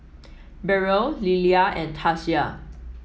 Beryl Lilia and Tasia